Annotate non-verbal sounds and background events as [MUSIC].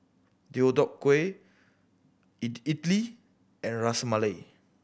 Deodeok Gui [UNINTELLIGIBLE] Idili and Ras Malai